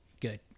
Good